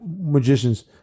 magicians